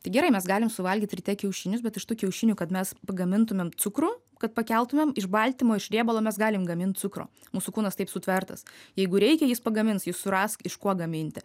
tai gerai mes galim suvalgyt ryte kiaušinius bet iš tų kiaušinių kad mes pagamintumėm cukrų kad pakeltumėm iš baltymo iš riebalo mes galim gamint cukrų mūsų kūnas taip sutvertas jeigu reikia jis pagamins jis suras iš ko gaminti